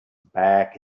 back